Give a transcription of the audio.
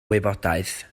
wybodaeth